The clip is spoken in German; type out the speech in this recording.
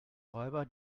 räuber